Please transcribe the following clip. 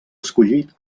escollit